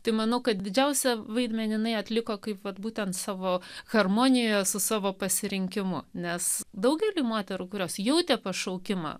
tai manau kad didžiausią vaidmenį jinai atliko kaip vat būtent savo harmonijoje su savo pasirinkimu nes daugeliui moterų kurios jautė pašaukimą